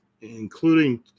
including